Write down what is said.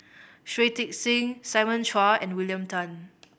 Shui Tit Sing Simon Chua and William Tan